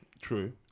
True